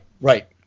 right